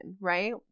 right